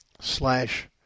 slash